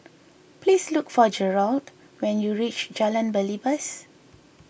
please look for Jerold when you reach Jalan Belibas